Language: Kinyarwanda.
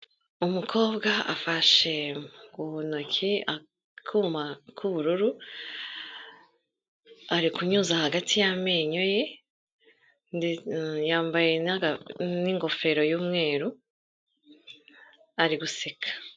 Umukobwa afashe mu ntoki akuma k'ubururu, ari kunyuza hagati y'amenyo ye. Yambaye n'ingofero y'umweru ari guseka.